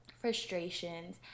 frustrations